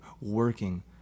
working